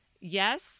yes